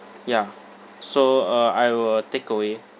ya so uh I will take away